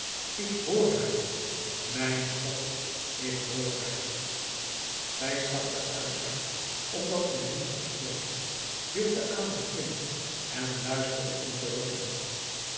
ik hoor haar mijn god ik hoor haar zij stak den arm uit opdat men niet zou spreken hield den adem in en luisterde in